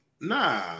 Nah